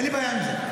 אין לי בעיה עם זה.